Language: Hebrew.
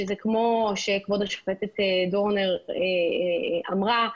זה כמו שכבוד השופט דורנר אמרה,